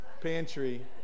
pantry